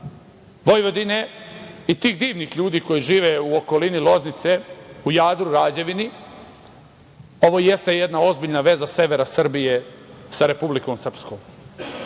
Vojvodine i tih divnih ljudi koji žive u okolini Loznice, u Jadru, Rađevini, ovo jeste jedna ozbiljna veza severa Srbije sa Republikom Srpskom.